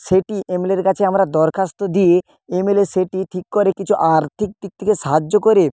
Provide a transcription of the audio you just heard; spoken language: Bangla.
সেটি এম এল এর কাছে আমরা দরখাস্ত দিয়ে এমএলএ সেটি ঠিক করে কিছু আর্থিক দিক থেকে সাহায্য করে